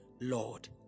Lord